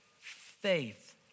faith